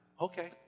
Okay